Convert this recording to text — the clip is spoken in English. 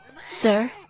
Sir